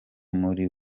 muri